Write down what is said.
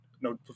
no